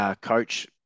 coach